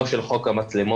לא של חוק המצלמות,